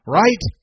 right